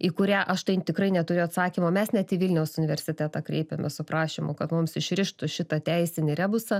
į kurią aš tai tikrai neturiu atsakymo mes net į vilniaus universitetą kreipėmės su prašymu kad mums išrištų šitą teisinį rebusą